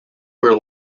where